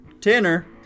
Tanner